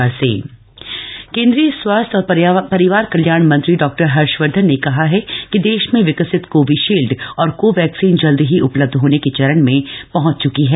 केंद्रीय स्वास्थ्य मंत्री केन्द्रीय स्वास्थ्य और परिवार कल्याण मंत्री डॉ हर्षवर्धन ने कहा है कि देश में विकसित कोविशील्ड और कोवैक्सीन जल्द ही उपलब्ध होने के चरण में पहंच च्की है